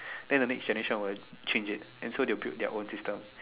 then the next generation will change it and so they built their own system